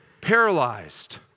paralyzed